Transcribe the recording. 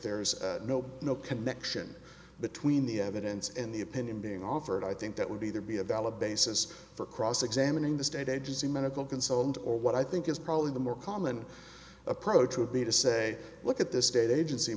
there's no no connection between the evidence and the opinion being offered i think that would either be a valid basis for cross examining the state agency medical consultant or what i think is probably the more common approach would be to say look at this state agency